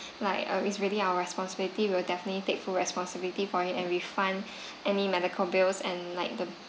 like uh it's really our responsibility we'll definitely take full responsibility for it and refund any medical bills and like the